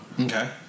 Okay